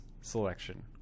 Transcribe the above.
selection